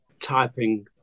typing